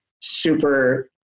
super